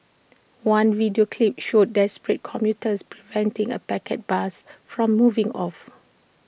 one video clip showed desperate commuters preventing A packed bus from moving off